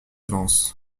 vence